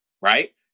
Right